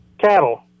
cattle